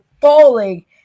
falling